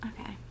Okay